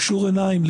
קשור עיניים,